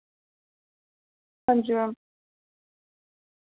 हांजी मैम